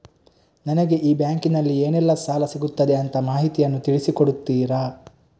ನನಗೆ ಈ ಬ್ಯಾಂಕಿನಲ್ಲಿ ಏನೆಲ್ಲಾ ಸಾಲ ಸಿಗುತ್ತದೆ ಅಂತ ಮಾಹಿತಿಯನ್ನು ತಿಳಿಸಿ ಕೊಡುತ್ತೀರಾ?